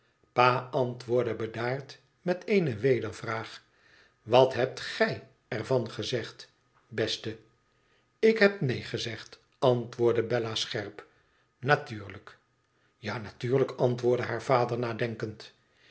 pa antwoordde bedaard meteene wedervraag wat hebt t er van gezegd beste ik heb neen gezegd antwoordde bella scherp natuurlijk ja natuurlijk antwoordde haar vader nadenkend